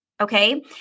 Okay